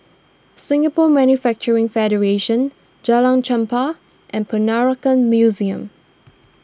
Singapore Manufacturing Federation Jalan Chempah and Peranakan Museum